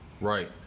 right